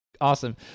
Awesome